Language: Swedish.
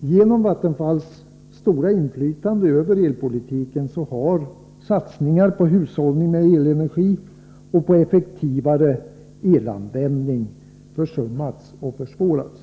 Genom Vattenfalls stora inflytande över elpolitiken har satsningar på hushållning med elenergi och på effektivare elanvändning försummats och försvårats.